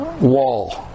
wall